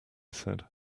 said